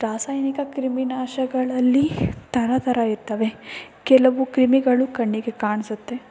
ರಾಸಾಯನಿಕ ಕ್ರಿಮಿನಾಶಗಳಲ್ಲಿ ಥರ ಥರ ಇರ್ತವೆ ಕೆಲವು ಕ್ರಿಮಿಗಳು ಕಣ್ಣಿಗೆ ಕಾಣಿಸುತ್ತೆ